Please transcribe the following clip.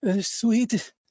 Sweet